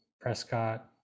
Prescott